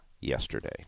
yesterday